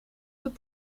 zijn